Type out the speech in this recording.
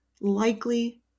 likely